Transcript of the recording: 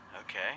Okay